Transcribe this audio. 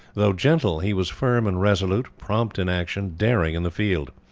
though gentle he was firm and resolute, prompt in action, daring in the field.